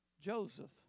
Joseph